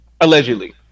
Allegedly